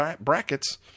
brackets